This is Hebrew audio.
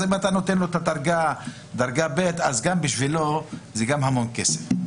בשבילו גם דרגה ב' זה המון כסף.